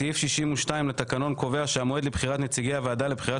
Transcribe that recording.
סעיף 62 לתקנון קובע שהמועד לבחירת נציגי הוועדה לבחירת